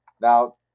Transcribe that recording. Now